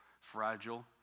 fragile